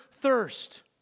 thirst